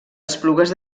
esplugues